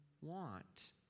want